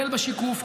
כולל בשיקוף,